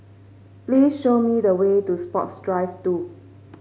please show me the way to Sports Drive Two